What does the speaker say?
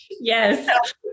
Yes